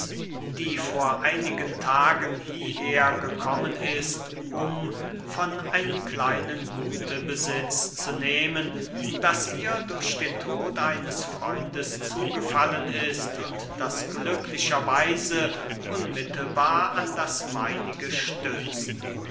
die vor einigen tagen hierher gekommen ist um von einem kleinen gute besitz zu nehmen das ihr durch den tod eines freundes zugefallen ist und das glücklicher weise unmittelbar an das meinige stößt